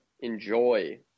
enjoy